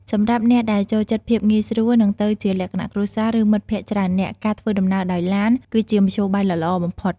សម្រាប់អ្នកដែលចូលចិត្តភាពងាយស្រួល និងទៅជាលក្ខណៈគ្រួសារ ឬមិត្តភក្តិច្រើននាក់ ការធ្វើដំណើរដោយឡាន គឺជាមធ្យោបាយដ៏ល្អបំផុត។